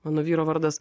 mano vyro vardas